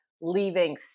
leaving